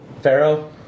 Pharaoh